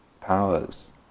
powers